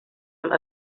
and